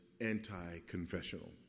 anti-confessional